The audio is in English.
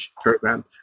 program